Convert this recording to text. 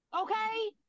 Okay